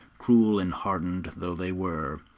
cruel and hardened though they were.